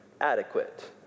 adequate